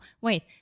wait